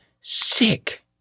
sick